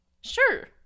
Sure